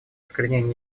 искоренения